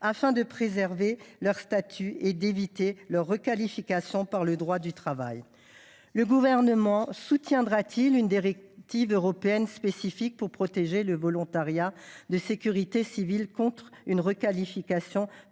afin de préserver le statut des intéressés et d’éviter leur requalification par le droit du travail. Le Gouvernement soutiendra t il une directive européenne spécifique pour protéger le volontariat de sécurité civile contre une telle requalification ? Avec